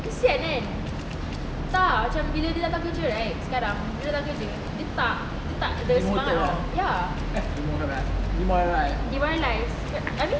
kesian kan entah macam bila dia datang kerja right sekarang dia datang kerja dia tak dia tak ada semangat ya demoralised I mean